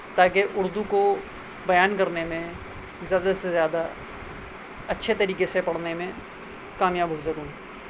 تاکہ اردو کو بیان کرنے میں زیادہ سے زیادہ اچھے طریقے سے پڑھنے میں کامیاب ہو سکوں